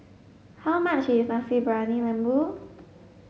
how much is Nasi Briyani Lembu